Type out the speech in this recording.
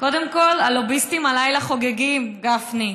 קודם כול, הלוביסטים הלילה חוגגים, גפני.